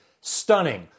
stunning